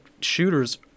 shooters